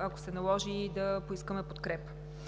ако се наложи, да поискаме подкрепа.